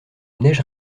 neige